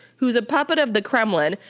who's a puppet of the kremlin,